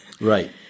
Right